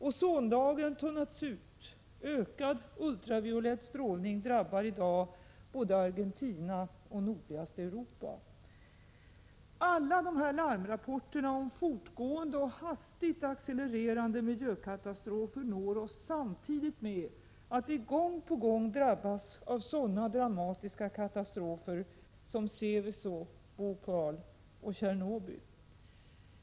Ozonlagret tunnas ut — ökad ultraviolett strålning drabbar redan i dag Argentina och nordligaste Europa. Alla dessa larmrapporter om fortgående och nu hastigt accelererande miljökatastrofer når oss samtidigt med att vi gång på gång drabbas av dramatiska katastrofer som Seveso, Bhopal och Tjernobyl.